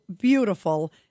beautiful